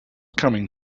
coming